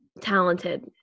talented